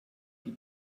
die